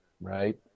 right